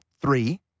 three